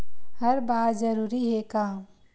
हर बार जरूरी हे का?